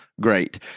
great